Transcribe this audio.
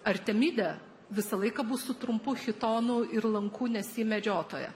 artemidė visą laiką bus su trumpu chitonu ir lanku nes ji medžiotoja